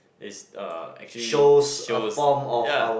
is uh actually shows ya